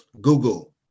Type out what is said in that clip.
Google